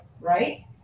right